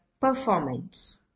performance